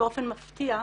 באופן מפתיע,